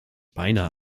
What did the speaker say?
beinahe